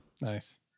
Nice